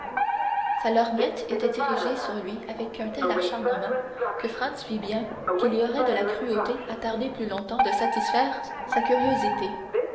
sa lorgnette était dirigée sur lui avec un tel acharnement que franz vit bien qu'il y aurait de la cruauté à tarder plus longtemps de satisfaire sa curiosité